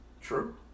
True